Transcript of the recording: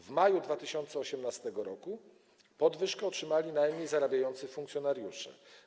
W maju 2018 r. podwyżkę otrzymali najmniej zarabiający funkcjonariusze.